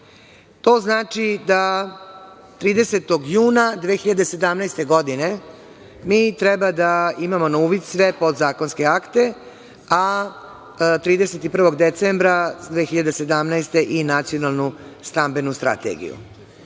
To znači da 30. juna 2017. godine mi treba da imamo na uvid sve podzakonske akte, a 31. decembra 2017. godine i nacionalnu stambenu strategiju. Moj